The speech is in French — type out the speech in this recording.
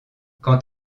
quant